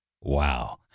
Wow